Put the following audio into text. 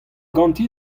ganti